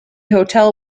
hotel